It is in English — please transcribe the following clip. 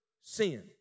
sin